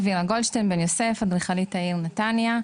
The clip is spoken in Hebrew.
אדריכלית העיר נתניה.